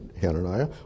Hananiah